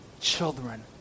children